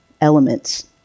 elements